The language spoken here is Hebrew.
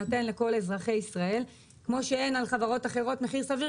על חברות אחרות מחיר סביר,